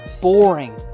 boring